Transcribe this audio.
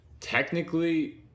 technically